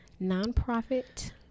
Nonprofit